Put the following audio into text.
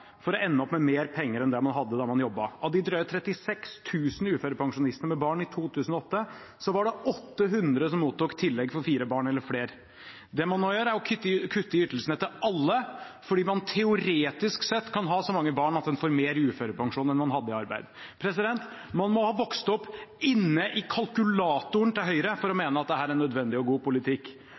for å ende opp med mer penger enn det man hadde da man jobbet. Av de drøyt 36 000 uførepensjonistene med barn i 2008 var det 800 som mottok tillegg for fire barn eller flere. Det man nå gjør, er å kutte i ytelsene til alle fordi man teoretisk sett kan ha så mange barn at man får mer i uførepensjon enn man fikk i lønn da man var i arbeid. Man må ha vokst opp inne i kalkulatoren til Høyre for å mene at dette er nødvendig og god politikk.